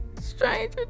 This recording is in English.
Stranger